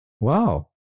Wow